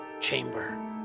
chamber